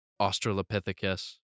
Australopithecus